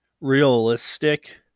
realistic